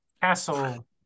castle